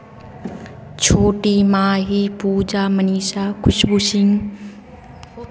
छोटी माही पूजा मनीषा खुशबू सिंह